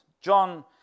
John